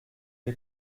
les